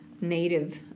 native